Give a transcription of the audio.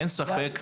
אין ספק,